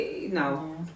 no